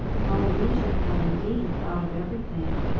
polynesia had indeed thought of everything.